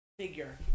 Figure